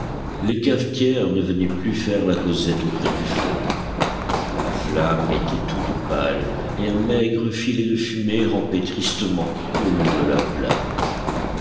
les cafetières ne venaient plus faire la causette auprès du feu la flamme était toute pâle et un maigre filet de fumée rampait tristement au long de la plaque